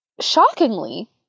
shockingly